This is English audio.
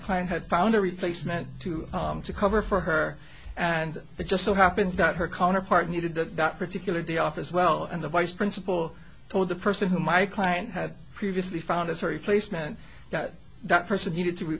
client had found a replacement to to cover for her and it just so happens that her counterpart needed that that particular day off as well and the vice principal told the person who my client had previously found as a replacement that that person needed to